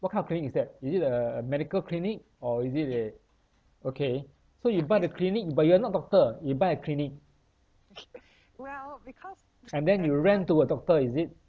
what kind of clinic is that is it a a medical clinic or is it a okay so you buy the clinic but you are not doctor you buy a clinic and then you rent to a doctor is it